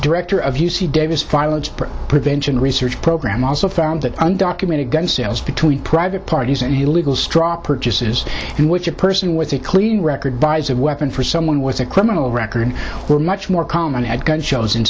director of u c davis violence prevention research program also found that undocumented gun sales between private parties and the legal straw purchases in which a person with a clean record buys a weapon for someone with a criminal record were much more common at gun shows in